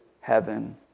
heaven